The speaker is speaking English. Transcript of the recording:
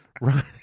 right